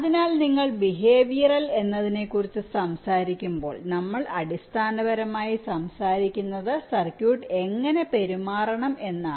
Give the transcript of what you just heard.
അതിനാൽ നിങ്ങൾ ബിഹേവിയറൽ എന്നതിനെക്കുറിച്ചു സംസാരിക്കുമ്പോൾ നമ്മൾ അടിസ്ഥാനപരമായി സംസാരിക്കുന്നത് സർക്യൂട്ട് എങ്ങനെ പെരുമാറണം എന്നാണ്